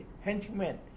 henchmen